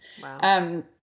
Wow